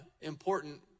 important